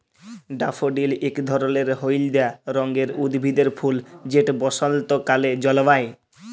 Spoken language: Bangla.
ড্যাফোডিল ইক ধরলের হইলদা রঙের উদ্ভিদের ফুল যেট বসল্তকালে জল্মায়